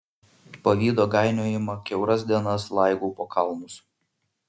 pavydo gainiojama kiauras dienas laigau po kalnus